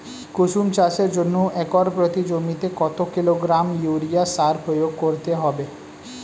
কুসুম চাষের জন্য একর প্রতি জমিতে কত কিলোগ্রাম ইউরিয়া সার প্রয়োগ করতে হবে?